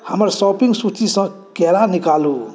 हमर शॉपिंग सूचीसँ केरा निकालू